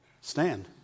Stand